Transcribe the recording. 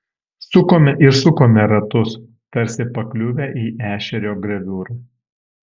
sukome ir sukome ratus tarsi pakliuvę į ešerio graviūrą